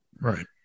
Right